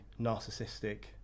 narcissistic